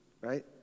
right